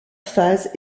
phase